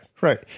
right